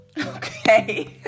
Okay